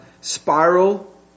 spiral